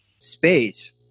space